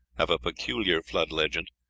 have a peculiar flood legend.